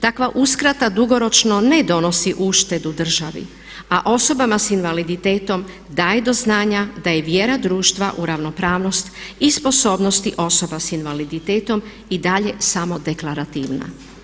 Takva uskrata dugoročno ne donosi uštedi državi, a osobama s invaliditetom daje do znanja da je vjera društva u ravnopravnost i sposobnosti osoba s invaliditetom i dalje samo deklarativna.